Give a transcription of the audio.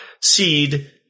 seed